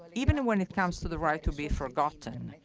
even when it comes to the right to be forgotten.